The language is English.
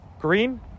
green